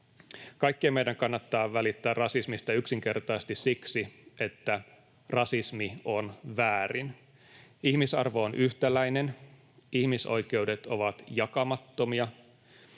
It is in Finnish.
Kaikkien meidän kannattaa välittää rasismista yksinkertaisesti siksi, että rasismi on väärin. Ihmisarvo on yhtäläinen, ihmisoikeudet ovat jakamattomia,